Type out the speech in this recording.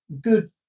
good